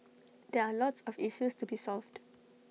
there are lots of issues to be solved